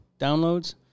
downloads